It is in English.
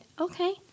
okay